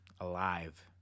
alive